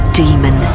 demon